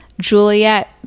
Juliet